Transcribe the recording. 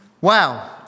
Wow